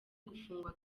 gufungwa